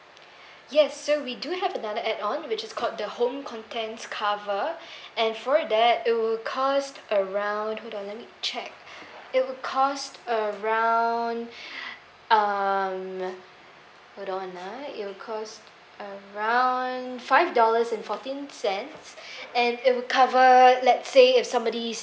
yes so we do have another add on which is called the home contents cover and for that it will cost around hold on let me check it will cost around um hold on ah it will cost around five dollars and fourteen cents and it will cover let's say if somebody